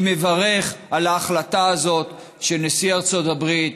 אני מברך על ההחלטה הזאת של נשיא ארצות הברית,